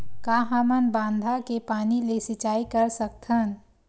का हमन बांधा के पानी ले सिंचाई कर सकथन?